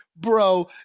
Bro